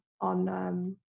on